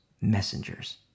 messengers